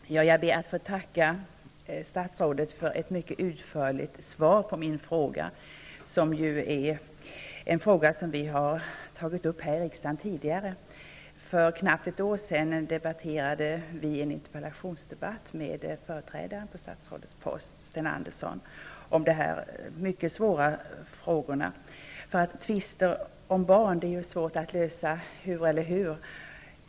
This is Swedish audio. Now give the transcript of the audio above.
Fru talman! Jag ber att få tacka statsrådet för ett mycket utförligt svar på min fråga. Det gäller en sak som vi har tagit upp här i riksdagen tidigare. För knappt ett år sedan debatterade vi vid en interpellationsdebatt med utrikesministerns företrädare, Sten Andersson, dessa mycket svåra frågor. Tvister om barn är mycket svåra att lösa.